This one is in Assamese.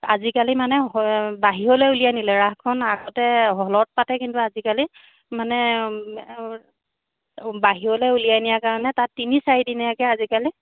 আজিকালি মানে বাহিৰলৈ উলিয়াই নিলে ৰাসখন আগতে হ'লত পাতে কিন্তু আজিকালি মানে বাহিৰলৈ উলিয়াই নিয়াৰ কাৰণে তাত তিনি চাৰিদিনীয়াকৈ আজিকালি